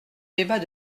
débat